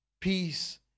peace